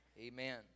Amen